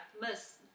miss